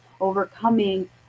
overcoming